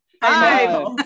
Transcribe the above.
five